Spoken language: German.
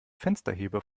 fensterheber